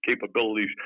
capabilities